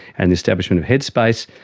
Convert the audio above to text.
and the establishment of headspace,